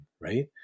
right